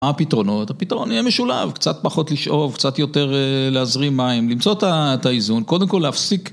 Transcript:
מה פתרונות, הפתרון יהיה משולב, קצת פחות לשאוב, קצת יותר להזרים מים, למצוא את האיזון, קודם כל להפסיק